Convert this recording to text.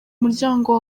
muryango